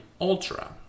ultra